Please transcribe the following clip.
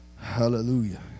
Hallelujah